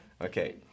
Okay